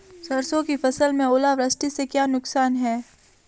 सरसों की फसल में ओलावृष्टि से क्या नुकसान है?